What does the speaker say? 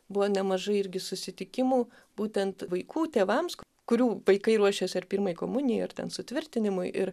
buvo nemažai irgi susitikimų būtent vaikų tėvams kurių vaikai ruošėsi ar pirmajai komunijai ar ten sutvirtinimui ir